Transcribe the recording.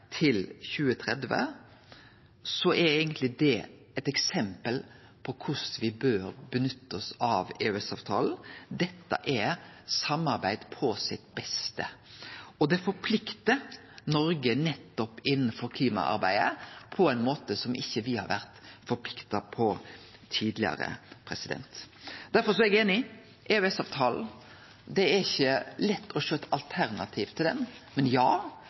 til 2030, er eigentleg det eit eksempel på korleis me bør nytte oss av EØS-avtalen. Dette er samarbeid på sitt beste. Og det forpliktar Noreg nettopp innanfor klimaarbeidet på ein måte som me ikkje har vore forplikta på tidlegare. Derfor er eg einig: Det er ikkje lett å sjå eit alternativ til EØS-avtalen, men